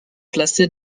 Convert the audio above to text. placée